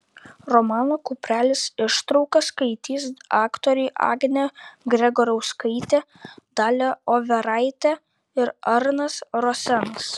romano kuprelis ištrauką skaitys aktoriai agnė gregorauskaitė dalia overaitė ir arnas rosenas